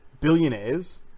Billionaires